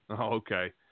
Okay